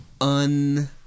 un